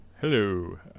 Hello